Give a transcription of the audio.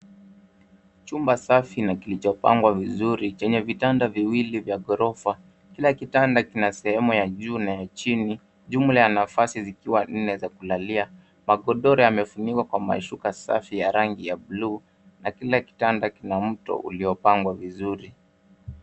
Chumba safi na kilichopangwa vizuri chenye vitanda viwili vya ghorofa. Kila kitanda kina shemu ya juu na ya chini, jumla ya nafasi zikiwa nne za kulalia. Magodoro yamefunikwa kwa mashuka safi ya rangi ya blue , na kila kitanda kina mto uliopangwa vizuri.